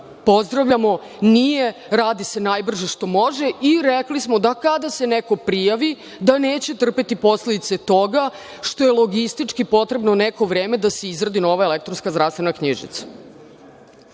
pozdravljamo? Nije. Radi se najbrže što može. I rekli smo da kada se neko prijavi, da neće trpeti posledice toga, što je logistički potrebno neko vreme da se izradi nova elektronska zdravstvena knjižica. Što